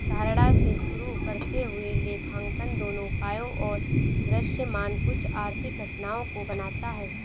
धारणा से शुरू करते हुए लेखांकन दोनों उपायों और दृश्यमान कुछ आर्थिक घटनाओं को बनाता है